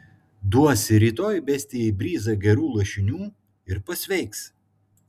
duosi rytoj bestijai bryzą gerų lašinių ir pasveiks